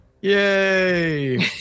Yay